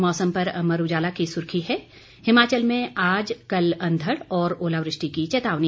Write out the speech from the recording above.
मौसम पर अमर उजाला की सुर्खी है हिमाचल में आज कल अंधड़ और ओलावृष्टि की चेतावनी